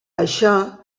això